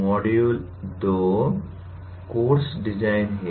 module 2 course design है